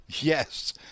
Yes